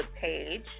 page